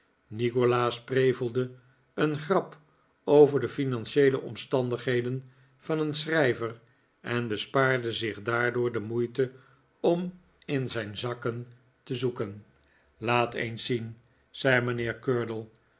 nikolaas prevelde een grap over de financieele omstandigheden van een schrijver en bespaarde zich daardoor de moeite om in zijn zakken te zoeken laat eens zien zei